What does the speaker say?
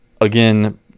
Again